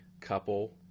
couple